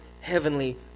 heavenly